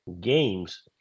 games